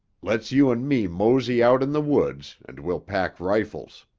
let's you and me mosey out in the woods, and we'll pack rifles.